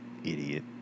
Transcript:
Idiot